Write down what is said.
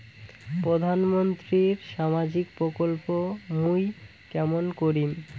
প্রধান মন্ত্রীর সামাজিক প্রকল্প মুই কেমন করিম?